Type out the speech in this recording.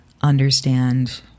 understand